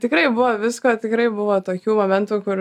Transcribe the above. tikrai buvo visko tikrai buvo tokių momentų kur